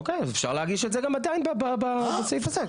אוקיי, אז אפשר להגיש את זה עדיין בסעיף הזה.